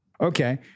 Okay